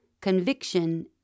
conviction